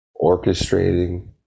orchestrating